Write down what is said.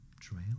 trail